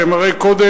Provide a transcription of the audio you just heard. שהן ערי קודש,